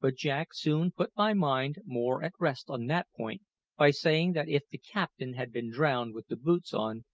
but jack soon put my mind more at rest on that point by saying that if the captain had been drowned with the boots on,